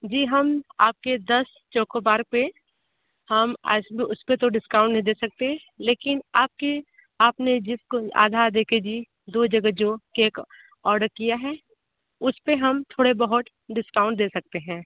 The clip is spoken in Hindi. जी हम आपके दस चोकोबार पर हम उस पर तो डिस्काउंट नहीं दे सकते लेकिन आपके आपने जिस को आधा आधा के जी दो जगह जो केक ऑर्डर किया है उस पर हम थोड़े बहुत डिस्काउंट दे सकते हैं